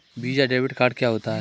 Visa debit card क्या होता है?